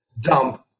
dump